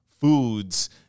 foods